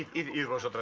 euros.